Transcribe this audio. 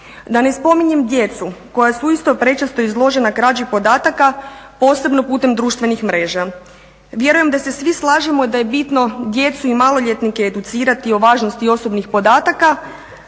Da ne spominjem djecu koja su isto prečesto izložena krađi podataka posebno putem društvenih mreža. Vjerujem da se svi slažemo da je bitno djecu i maloljetnike educirati o važnosti osobnih podataka,